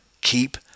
keep